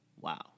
wow